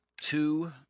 two